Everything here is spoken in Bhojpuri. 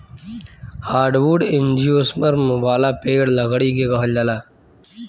हार्डवुड एंजियोस्पर्म वाला पेड़ लकड़ी के कहल जाला